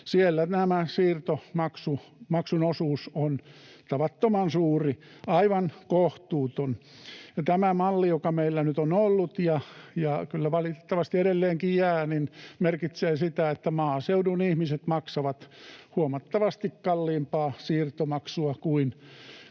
siellä tämä siirtomaksun osuus on tavattoman suuri, aivan kohtuuton. Ja tämä malli, joka meillä nyt on ollut ja kyllä valitettavasti edelleenkin jää, merkitsee sitä, että maaseudun ihmiset maksavat huomattavasti kalliimpaa siirtomaksua kuin taajamissa